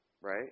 right